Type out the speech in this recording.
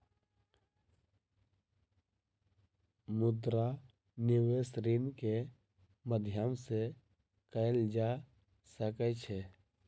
मुद्रा निवेश ऋण के माध्यम से कएल जा सकै छै